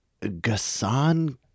Gasan